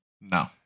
No